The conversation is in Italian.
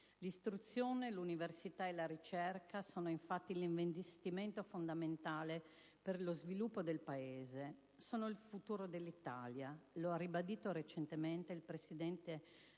L'istruzione, l'università e la ricerca sono infatti l'investimento fondamentale per lo sviluppo del Paese, sono il futuro dell'Italia. Lo ha ribadito recentemente il presidente